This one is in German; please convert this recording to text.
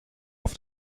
auf